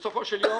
בסופו של יום